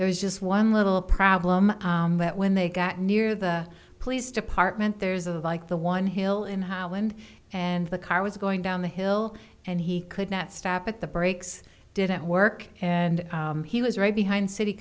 there was just one little the problem that when they got near the police department there's of like the one hill in holland and the car was going down the hill and he could not stop at the brakes didn't work and he was right behind city